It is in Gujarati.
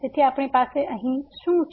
તેથી આપણી પાસે અહીં શું છે